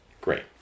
Great